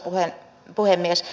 arvoisa puhemies